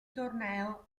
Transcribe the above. torneo